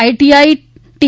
ITI T